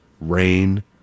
Rain